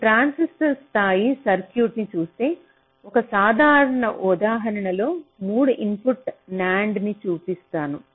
మీరు ట్రాన్సిస్టర్ స్థాయి సర్క్యూట్ను చూస్తే ఒక సాధారణ ఉదాహరణలో 3 ఇన్పుట్ NAND ని చూపిస్తాను